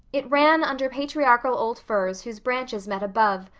it ran under patriarchal old firs whose branches met above,